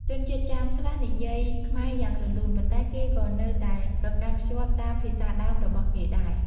ជនជាតិចាមខ្លះនិយាយខ្មែរយ៉ាងរលូន ប៉ុន្តែគេក៏នៅតែប្រកាន់ខ្ជាប់តាមភាសាដើមរបស់គេដែរ។